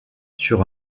sur